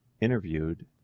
interviewed